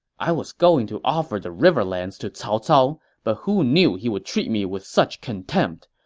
i was going to offer the riverlands to cao cao, but who knew he would treat me with such contempt!